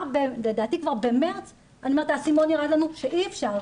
לדעתי כבר במארס האסימון ירד לנו שאי אפשר,